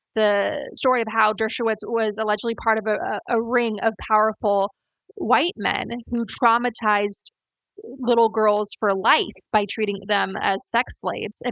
the story of how dershowitz was allegedly part of a ah ring of powerful white men and who traumatized little girls for life by treating them as sex slaves, and